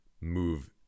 move